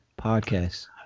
podcasts